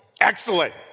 Excellent